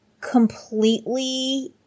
completely